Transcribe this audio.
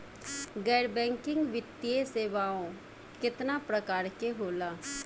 गैर बैंकिंग वित्तीय सेवाओं केतना प्रकार के होला?